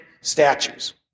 statues